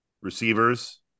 receivers